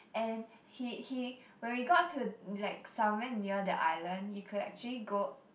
and he he when we got to like somewhere near the island you could actually go